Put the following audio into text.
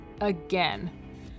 Again